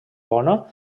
bona